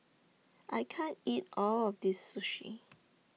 I can't eat All of This Sushi